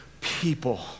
people